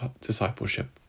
discipleship